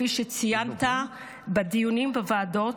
כפי שציינת בדיונים בוועדות,